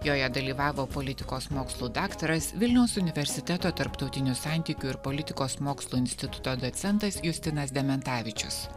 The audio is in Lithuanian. joje dalyvavo politikos mokslų daktaras vilniaus universiteto tarptautinių santykių ir politikos mokslų instituto docentas justinas dementavičius